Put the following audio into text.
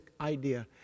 idea